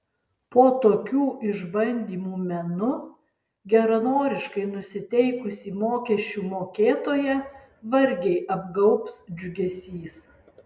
po tokių išbandymų menu geranoriškai nusiteikusį mokesčių mokėtoją vargiai apgaubs džiugesys